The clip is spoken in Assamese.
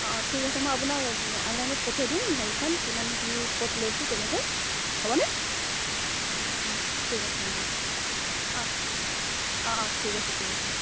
অঁ অঁ ঠিক আছে মই আপোনাক অনলাইনত পঠিয়াই দিম হেৰিখন কিমান কি ক'ত লৈছোঁ তেনেকৈ হ'ব নে অঁ অঁ ঠিক আছে অঁ হ'ব অঁ অঁ অঁ ঠিক আছে ঠিক আছে